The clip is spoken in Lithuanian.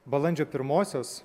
balandžio pirmosios